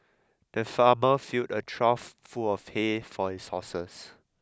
the farmer filled a trough full of hay for his horses